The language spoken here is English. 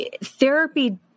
therapy